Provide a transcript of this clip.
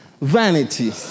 vanity